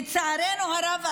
לצערנו הרב,